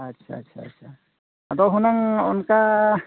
ᱟᱪᱪᱷᱟ ᱟᱪᱪᱷᱟ ᱟᱫᱚ ᱦᱩᱱᱟᱹᱝ ᱚᱱᱠᱟ